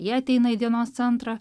jie ateina į dienos centrą